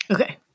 Okay